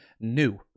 new